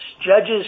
judges